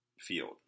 field